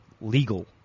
legal